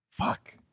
fuck